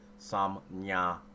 samnya